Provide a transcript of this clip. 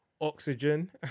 oxygen